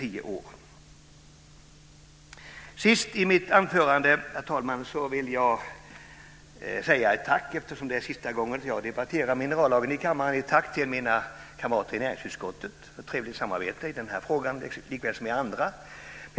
Jag vill sist i mitt anförande eftersom det är sista gången jag debatterar minerallagen i kammaren säga ett tack till mina kamrater i näringsutskottet för trevligt samarbete i den här frågan likaväl som i andra frågor.